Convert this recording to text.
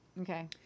Okay